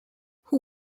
who